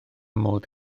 modd